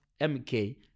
MK